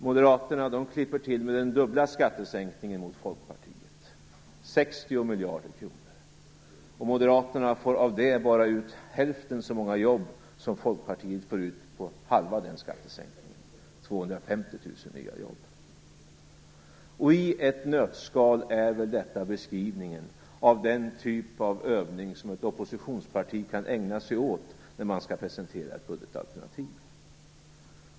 Moderaterna klipper till med dubbelt så stor skattesänkning som Folkpartiet, alltså med 60 miljarder kronor. Moderaterna får av det bara ut hälften så många jobb som Folkpartiet får ut på halva den skattesänkningen, dvs. I ett nötskal är väl detta en beskrivning av den typ av övning som ett oppositionsparti kan ägna sig åt när ett budgetalternativ skall presenteras.